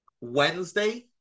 Wednesday